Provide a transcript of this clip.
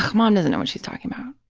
mom doesn't know what she's talking about,